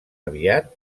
aviat